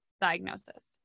diagnosis